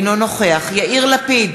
אינו נוכח יאיר לפיד,